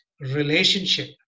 relationship